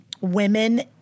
women